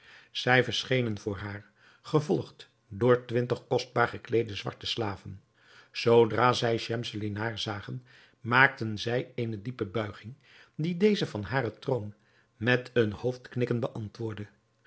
zij verschenen voor haar gevolgd door twintig kostbaar gekleede zwarte slaven zoodra zij schemselnihar zagen maakten zij eene diepe buiging die deze van haren troon met een hoofdknikken beantwoordde